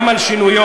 גם על שינויו.